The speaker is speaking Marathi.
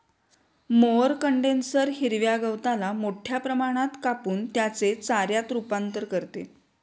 मोअर कंडेन्सर हिरव्या गवताला मोठ्या प्रमाणात कापून त्याचे चाऱ्यात रूपांतर करते